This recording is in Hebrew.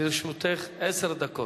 לרשותך עשר דקות.